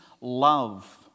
love